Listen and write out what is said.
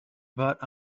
but